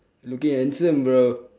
looking handsome bro